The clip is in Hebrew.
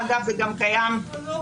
אגב, זה גם קיים --- אבל אופציה קיימת.